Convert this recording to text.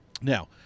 Now